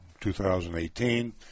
2018